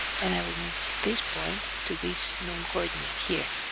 and i will move this point to this known coordinate here.